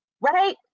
right